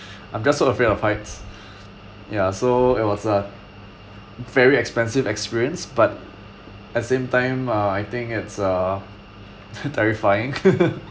I'm just so afraid of heights ya so it was a very expensive experience but at same time uh I think it's uh terrifying